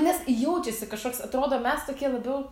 nes jaučiasi kažkoks atrodo mes tokie labiau